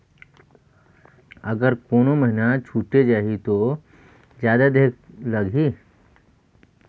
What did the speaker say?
अगर कोनो महीना छुटे जाही तो जादा देहेक लगही?